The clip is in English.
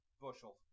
Bushel